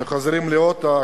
כשחוזרים לאוטו,